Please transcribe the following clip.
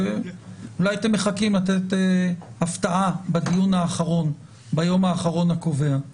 אולי אתם מחכים לתת הפתעה ביום האחרון הקובע של הדיון.